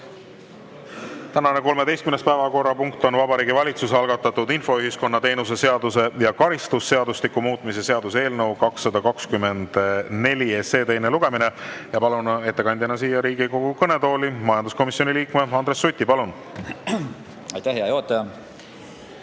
Tänane 13. päevakorrapunkt on Vabariigi Valitsuse algatatud infoühiskonna teenuse seaduse ja karistusseadustiku muutmise seaduse eelnõu 224 teine lugemine. Palun ettekandjana siia Riigikogu kõnetooli majanduskomisjoni liikme Andres Suti. Palun! Tänane